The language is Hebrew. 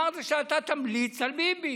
שאתה תמליץ על ביבי,